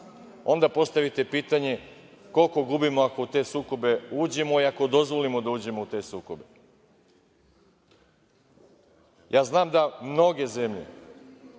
onda postavite pitanje – koliko gubimo ako u te sukobe uđemo i ako dozvolimo da uđemo u te sukobe? Znam ja da mnoge zemlje